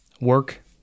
Work